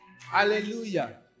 Hallelujah